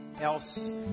else